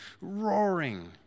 roaring